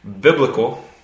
biblical